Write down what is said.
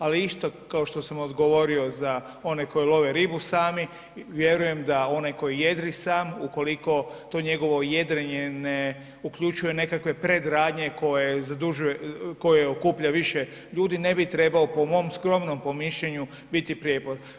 Ali isto kao što sam odgovorio za one koji love ribu sami vjerujem da onaj koji jedri sam ukoliko to njegovo jedrenje ne uključuje nekakve predradnje koje zadužuje, koje okuplja više ljudi, ne bi trebao po mom skromnom promišljanju biti prijepor.